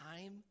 time